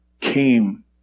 came